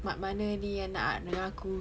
mat mana ni yang nak dengan aku